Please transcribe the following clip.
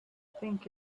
think